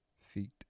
feet